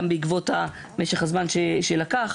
גם בעקבות משך הזמן שלקח,